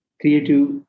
creative